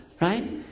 right